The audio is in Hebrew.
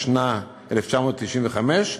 התשנ"ה 1995,